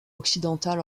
occidental